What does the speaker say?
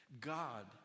God